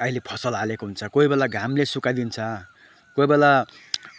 अहिले फसल हालेको हुन्छ कोही बेला घामले सुकाइदिन्छ कोही बेला